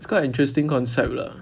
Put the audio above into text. it's quite an interesting concept lah